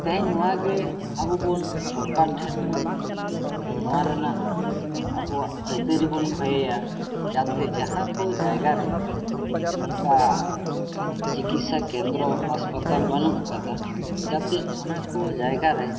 ᱛᱮᱦᱮᱧ ᱱᱚᱣᱟ ᱜᱮ ᱟᱵᱚ ᱵᱚᱱ ᱥᱚᱨᱠᱟᱨ ᱴᱷᱮᱱ ᱵᱚᱱ ᱱᱚᱣᱟ ᱨᱮᱱᱟᱜ ᱟᱵᱚᱣᱟᱜ ᱟᱹᱭᱫᱟᱹᱨᱤ ᱵᱚᱱ ᱠᱷᱚᱭᱮᱭᱟ ᱡᱟᱛᱮ ᱡᱟᱦᱟᱸ ᱠᱚ ᱡᱟᱭᱜᱟ ᱨᱮ ᱱᱚᱝᱠᱟ ᱪᱤᱠᱤᱥᱥᱟ ᱠᱮᱱᱫᱨᱚ ᱦᱟᱥᱯᱟᱛᱟᱞ ᱵᱟᱹᱱᱩᱜ ᱟᱠᱟᱫᱟ ᱡᱟᱛᱮ ᱚᱱᱟᱠᱚ ᱡᱟᱭᱜᱟ ᱨᱮ